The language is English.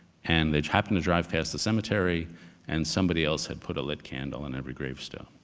and they'd happened to drive past the cemetery and somebody else had put a lit candle on every gravestone.